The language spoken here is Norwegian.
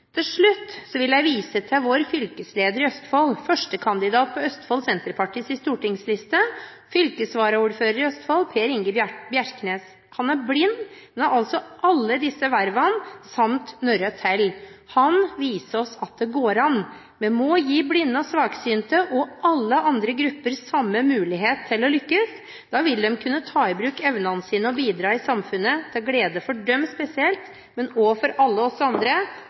Til slutt vil jeg vise til vår fylkesleder i Østfold, førstekandidat på Østfold Senterpartis stortingsliste og fylkesvaraordfører i Østfold, Per Inge Bjerknes. Han er blind, men har alle disse vervene samt noen til. Han viser oss at det går an. Vi må gi blinde og svaksynte, og alle andre grupper, samme mulighet til å lykkes. Da vil de kunne ta i bruk evnene sine og bidra i samfunnet – til glede for seg selv spesielt, men også for alle oss andre.